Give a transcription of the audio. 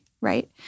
right